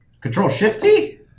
Control-Shift-T